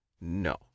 no